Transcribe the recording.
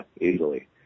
easily